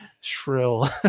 shrill